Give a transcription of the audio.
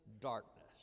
darkness